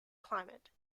climate